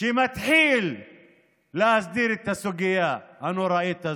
שמתחיל להסדיר את הסוגיה הנוראית הזאת.